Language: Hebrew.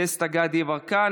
דסטה גדי יברקן,